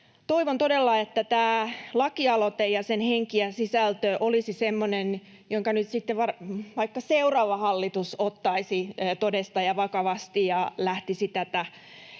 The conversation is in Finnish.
Toivon todella, että tämä lakialoite ja sen henki ja sisältö olisi semmoinen, jonka nyt sitten vaikka seuraava hallitus ottaisi todesta ja vakavasti ja lähtisi tätä